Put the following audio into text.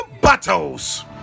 battles